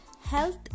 health